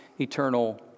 eternal